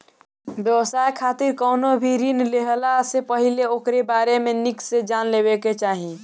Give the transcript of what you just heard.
व्यवसाय खातिर कवनो भी ऋण लेहला से पहिले ओकरी बारे में निक से जान लेवे के चाही